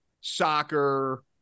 soccer